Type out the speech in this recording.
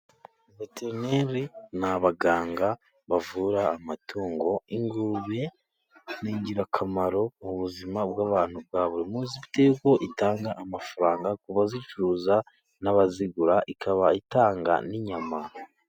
Veterineri ni abaganga bavura amatungo, ingurube ni ingirakamaro mu buzima bw'abantu bwa buri munsi, bitewe n'uko itanga amafaranga ku bazicuruza n'abazigura, ikaba itanga n'inyama.